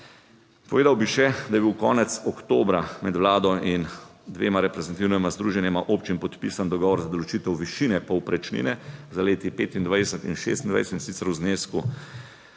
Povedal bi še, da je bil konec oktobra med Vlado in dvema reprezentativnima združenjema občin podpisan dogovor za določitev višine povprečnine za leti 2025 in 2026, in sicer v znesku